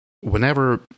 whenever